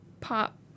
pop